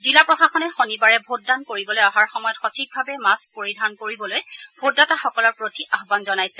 জিলা প্ৰশাসনে শনিবাৰে ভোটদান কৰিবলৈ অহাৰ সময়ত সঠিকভাৱে মাস্থ পৰিধান কৰিবলৈ ভোটদাতাসকলৰ প্ৰতি আহান জনাইছে